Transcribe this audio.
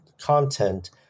content